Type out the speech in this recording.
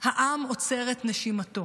שהעם עוצר את נשימתו